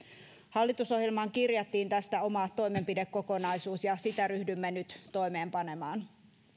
hallitusohjelmaan kirjattiin tästä oma toimenpidekokonaisuus ja sitä ryhdymme nyt toimeenpanemaan